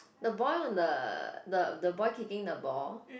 the boy on the the the boy kicking the ball